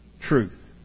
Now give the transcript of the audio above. truth